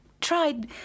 tried